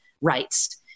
rights